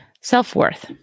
Self-worth